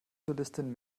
solistin